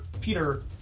Peter